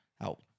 out